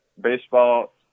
Baseball